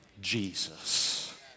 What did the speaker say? Jesus